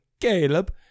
Caleb